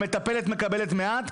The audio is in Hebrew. המטפלת מקבלת מעט,